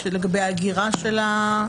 לגבי ההגירה של הנתונים הביומטריים.